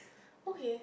okay